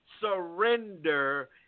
surrender